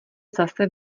zase